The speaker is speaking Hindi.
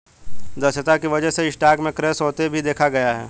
दक्षता की वजह से स्टॉक में क्रैश होते भी देखा गया है